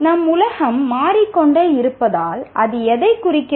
நம்முடைய உலகத்தின் மீதான பார்வை மாறிக்கொண்டே இருப்பதை நாம் கற்றுக்கொண்டு இருக்கிறோம்